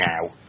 now